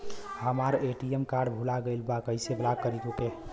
हमार ATM card भूला गईल बा कईसे ब्लॉक करी ओके?